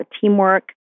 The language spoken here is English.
teamwork